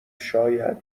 شاید